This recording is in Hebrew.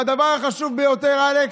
והדבר החשוב ביותר, אלכס,